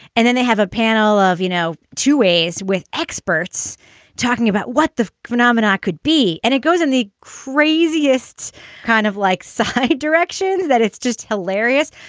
and then they have a panel of, you know, two ways with experts talking about what the phenomena could be. and it goes in the craziest kind of like side directions that it's just hilarious.